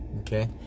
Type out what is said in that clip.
Okay